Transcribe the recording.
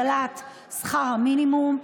את הגדלת שכר המינימום,